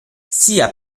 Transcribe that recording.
sia